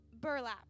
burlap